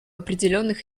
определенных